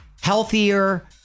healthier